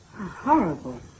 Horrible